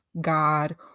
God